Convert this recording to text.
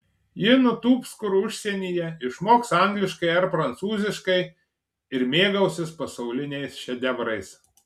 ji nutūps kur užsienyje išmoks angliškai ar prancūziškai ir mėgausis pasauliniais šedevrais